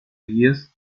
guías